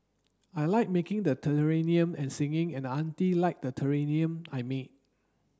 I like making the terrarium and singing and the auntie liked the terrarium I made